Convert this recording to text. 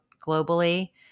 globally